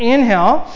Inhale